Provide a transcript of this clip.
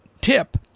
tip